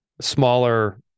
smaller